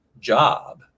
job